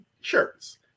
shirts